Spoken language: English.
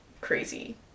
crazy